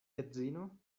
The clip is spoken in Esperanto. edzino